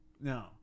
No